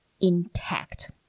intact